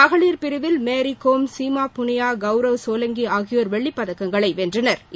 மகளிர் பிரிவில் மேரிகோம் சீமா புனியா கவுரவ் சோலங்கி ஆகியோர் வெள்ளிப் பதக்கங்களை வென்றனா்